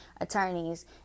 attorneys